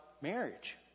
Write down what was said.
marriage